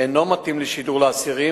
אינו מתאים לשידור לאסירים,